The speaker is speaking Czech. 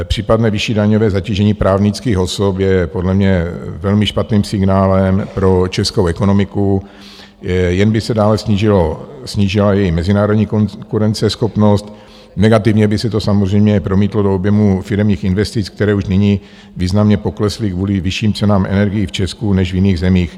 Případné vyšší daňové zatížení právnických osob je podle mě velmi špatným signálem pro českou ekonomiku, jen by se dále snížila její mezinárodní konkurenceschopnost, negativně by se to samozřejmě promítlo do objemu firemních investic, které už nyní významně poklesly kvůli vyšším cenám energií v Česku než v jiných zemích.